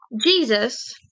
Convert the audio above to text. Jesus